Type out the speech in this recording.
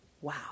wow